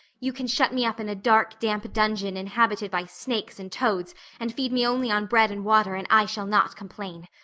you can shut me up in a dark, damp dungeon inhabited by snakes and toads and feed me only on bread and water and i shall not complain.